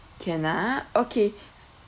can ah okay